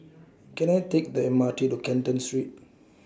Can I Take The M R T to Canton Street